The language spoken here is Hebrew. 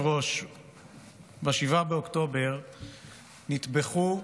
ב-7 באוקטובר נטבחו,